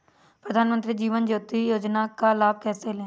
प्रधानमंत्री जीवन ज्योति योजना का लाभ कैसे लें?